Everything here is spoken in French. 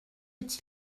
est